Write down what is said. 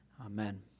Amen